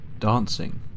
dancing